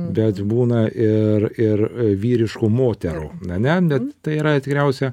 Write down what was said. bet būna ir ir vyriškų moterų ane net tai yra tikriausia